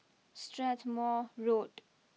Strathmore Road